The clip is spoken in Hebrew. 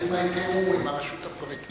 האם היה תיאום עם הרשויות המקומיות,